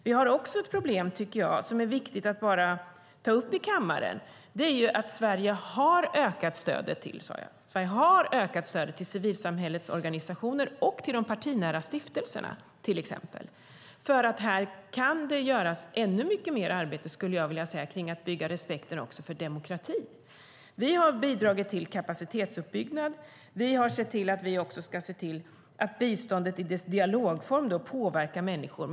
Det finns en annan sak som är viktig att ta upp i kammaren, och det är att Sverige har ökat stödet till civilsamhällets organisationer och till de partinära stiftelserna. Här kan det göras ännu mycket mer när det gäller att bygga upp respekten för demokrati. Vi har bidragit till kapacitetsuppbyggnad, och vi har sett till att biståndet i dess dialogform påverkar människor.